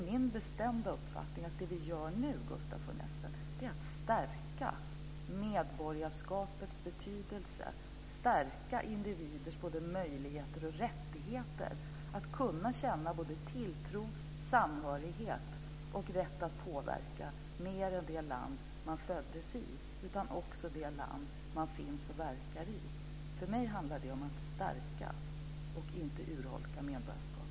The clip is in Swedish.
Min bestämda uppfattning är att det vi gör nu, Gustaf von Essen, är att stärka medborgarskapets betydelse och individers både möjligheter och rättigheter att kunna känna tilltro och samhörighet. Det handlar om rätt att påverka mer än i det land man föddes i och också kunna påverka i det land där man finns och verkar. För mig handlar det om att stärka, inte urholka, medborgarskapet.